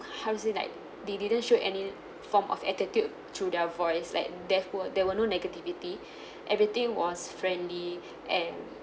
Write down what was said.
how to say like they didn't show any form of attitude through their voice like there were there were no negativity everything was friendly and